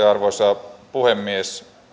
arvoisa puhemies